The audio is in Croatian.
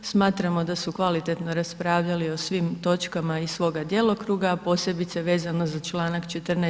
Smatramo da su kvalitetno raspravljali o svim točkama iz svoga djelokruga, a posebice vezano za Članak 14.